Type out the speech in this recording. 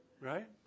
Right